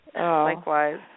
Likewise